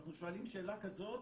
כשאנחנו שואלים שאלה כזאת,